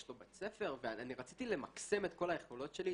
יש לו בית ספר ואני רציתי למקסם את כל היכולות שלי,